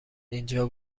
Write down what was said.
اینجا